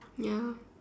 ya